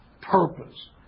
purpose